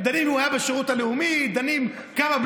דנים אם הוא עשה צבא גם כשהוא היה מת,